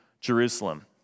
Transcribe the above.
Jerusalem